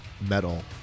metal